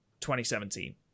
2017